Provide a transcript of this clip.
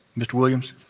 mr. williams.